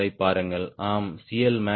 75 வரை பாருங்கள் ஆம் சி